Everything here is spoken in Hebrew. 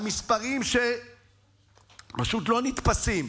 המספרים פשוט לא נתפסים.